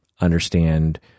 understand